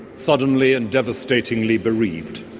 suddenly and devastatingly bereaved,